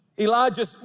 Elijah